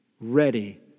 ready